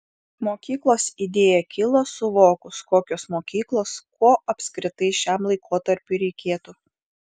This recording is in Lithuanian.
mokyklos idėja kilo suvokus kokios mokyklos ko apskritai šiam laikotarpiui reikėtų